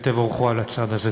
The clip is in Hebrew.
ותבורכו על הצעד הזה.